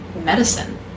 medicine